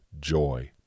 joy